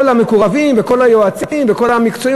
המקורבים וכל היועצים וכל המקצועיים,